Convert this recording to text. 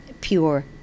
pure